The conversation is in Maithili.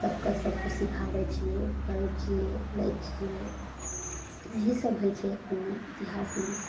सबके सबकिछु सिखाबय छियै करय छियै लै छियय इएहे सब होइ छै ई इतिहासमे